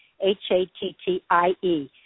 H-A-T-T-I-E